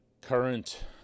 current